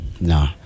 No